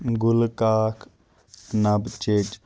گُلہٕ کاک نَبہٕ چیٚچ